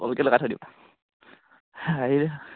টল gate লগায় থৈ দিবা